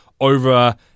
over